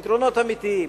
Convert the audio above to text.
פתרונות אמיתיים.